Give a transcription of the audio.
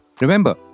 Remember